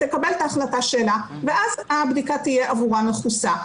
תקבל את ההחלטה שלה ואז הבדיקה תהיה מכוסה עבורה.